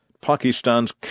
Pakistan's